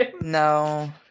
no